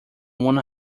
one